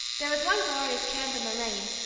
there was one glorious tramp in the rain,